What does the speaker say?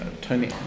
Tony